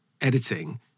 editing